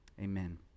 Amen